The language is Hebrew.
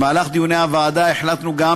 במהלך דיוני הוועדה החלטנו גם,